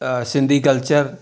Sindhi culture